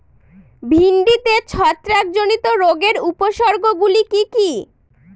ভিন্ডিতে ছত্রাক জনিত রোগের উপসর্গ গুলি কি কী?